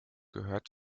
gehört